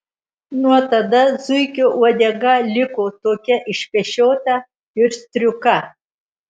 nuo tada zuikio uodega liko tokia išpešiota ir striuka